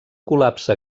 col·lapse